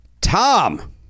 Tom